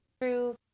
true